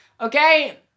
Okay